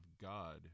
God